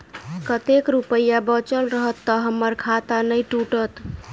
कतेक रुपया बचल रहत तऽ हम्मर खाता नै टूटत?